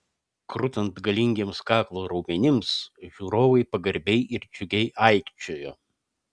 krutant galingiems kaklo raumenims žiūrovai pagarbiai ir džiugiai aikčiojo